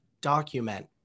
document